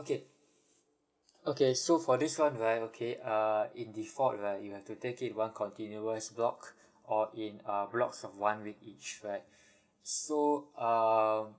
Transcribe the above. okay okay so for this one right okay err in default right you have to take it one continuous block or in a block of one week each right so err